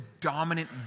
dominant